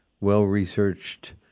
well-researched